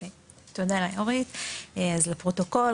לפרוטוקול,